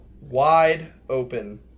wide-open